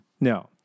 No